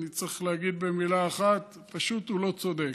אני צריך להגיד במילה אחת: פשוט הוא לא צודק.